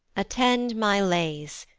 attend my lays,